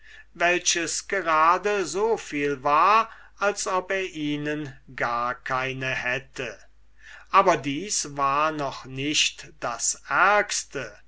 welches just so viel war als ob er ihnen gar keine hätte aber das war noch nicht das ärgste